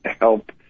help